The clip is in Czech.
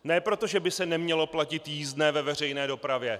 Ne proto, že by se nemělo platit jízdné ve veřejné dopravě.